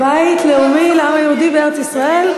בית לאומי לעם היהודי בארץ-ישראל.